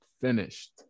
Finished